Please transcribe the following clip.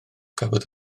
cafodd